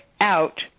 out